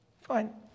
Fine